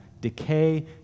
decay